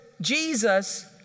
Jesus